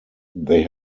they